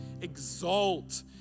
exalt